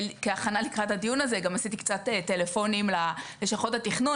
כהכנה לקראת הדיון הזה גם עשיתי קצת טלפונים ללשכות התכנון,